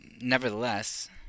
nevertheless